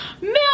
Milk